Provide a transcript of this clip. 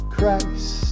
Christ